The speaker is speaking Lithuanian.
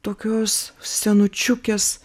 tokios senučiukės